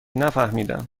نفهمیدم